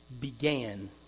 Began